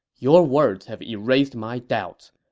your words have erased my doubts.